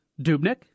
Dubnik